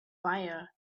fire